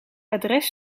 adres